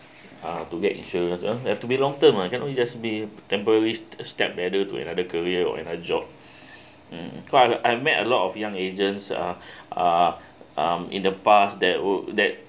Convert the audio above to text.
uh to get insurance uh you have to be long term lah cannot you just be temporarily step whether to another career or another job mm cause I I met a lot of young agents uh uh um in the past that would that